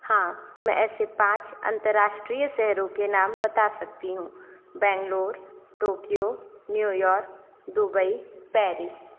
हाँ मैं ऐसे पाँच अंतरराष्ट्रीय शहरों के नाम बता सकती हूँ Bangalore Tokyo New York Dubai Paris